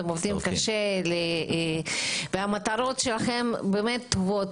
הם עובדים קשה והמטרות שלכם באמת טובות.